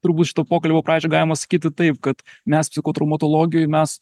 turbūt šito pokalbio pradžioj galima sakyti taip kad mes psichotraumatologijoj mes